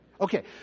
Okay